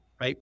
right